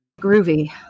Groovy